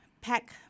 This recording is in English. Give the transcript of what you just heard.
pack